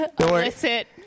illicit